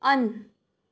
on